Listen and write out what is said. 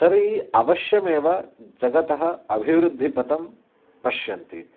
तर्हि अवश्यमेव जगतः अभिवृद्धिपथं पश्यति